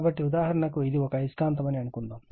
కాబట్టి ఉదాహరణకు ఇది ఒక అయస్కాంతం అని అనుకుందాం